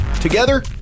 Together